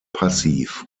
passiv